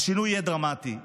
השינוי יהיה דרמטי.